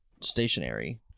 stationary